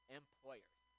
employers